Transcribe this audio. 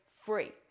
free